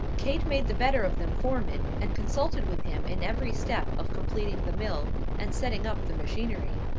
kate made the better of them foreman, and consulted with him in every step of completing the mill, and setting up the machinery.